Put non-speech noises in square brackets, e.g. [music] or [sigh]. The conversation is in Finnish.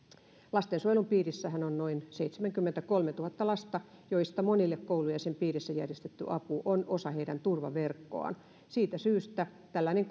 lastensuojelun piirissähän on noin seitsemänkymmentäkolmetuhatta lasta joista monille koulu ja sen piirissä järjestetty apu on osa heidän turvaverkkoaan siitä syystä tällainen [unintelligible]